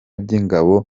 by’ingabo